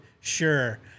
Sure